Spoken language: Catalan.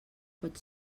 pot